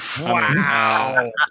wow